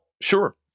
sure